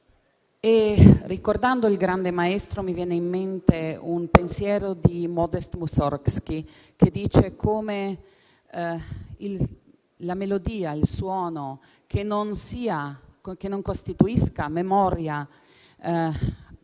Ricordando il grande maestro, mi viene in mente un pensiero di Modest Musorgskij, che dice come la melodia, il suono che non costituisca memoria di una